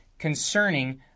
concerning